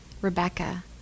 Rebecca